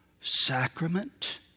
sacrament